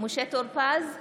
משה טור פז,